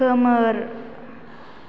खोमोर